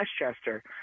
Westchester